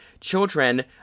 children